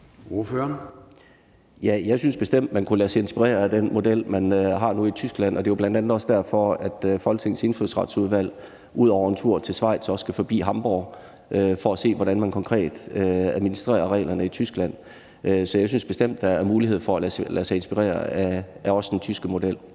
jeg synes bestemt, man kunne lade sig inspirere af den model, man har nu i Tyskland. Det er bl.a. også derfor, at Folketingets Indfødsretsudvalg ud over en tur til Schweiz også skal forbi Hamborg for at se, hvordan man konkret administrerer reglerne i Tyskland. Så jeg synes bestemt, der er mulighed for at lade sig inspirere af også den tyske model.